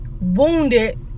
wounded